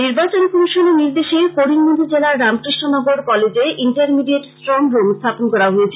নির্বাচন কমিশনের নির্দেশে করিমগঞ্জ জেলার রামকৃষ্ণ নগর কলেজে ইন্টার মিডিয়েট স্ট্রং রুম স্থাপন করা হয়েছে